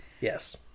Yes